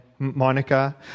Monica